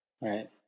Right